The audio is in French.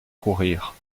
courir